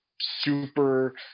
super